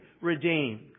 redeemed